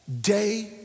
day